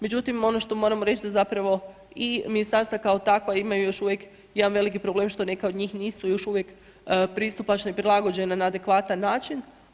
Međutim, ono što moram reći, da zapravo i ministarstva kao takva imaju još uvijek jedan veliki problem, što neka od njih nisu još uvijek pristupala i prilagođena na adekvatan način.